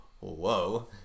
whoa